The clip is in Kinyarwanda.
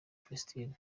palestine